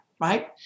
right